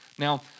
Now